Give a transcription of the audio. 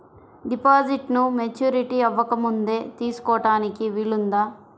డిపాజిట్ను మెచ్యూరిటీ అవ్వకముందే తీసుకోటానికి వీలుందా?